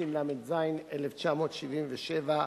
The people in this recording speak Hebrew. התשל"ז 1977,